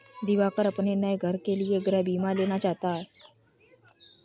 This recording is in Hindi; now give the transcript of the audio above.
दिवाकर अपने नए घर के लिए गृह बीमा लेना चाहता है